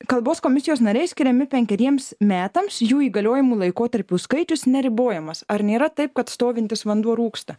kalbos komisijos nariai skiriami penkeriems metams jų įgaliojimų laikotarpių skaičius neribojamas ar nėra taip kad stovintis vanduo rūgsta